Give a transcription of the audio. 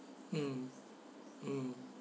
mm mm